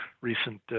recent